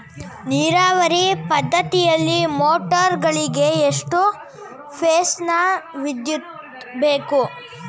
ನೀರಾವರಿ ಪದ್ಧತಿಯಲ್ಲಿ ಮೋಟಾರ್ ಗಳಿಗೆ ಎಷ್ಟು ಫೇಸ್ ನ ವಿದ್ಯುತ್ ಬೇಕು?